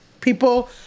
people